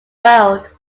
world